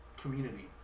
community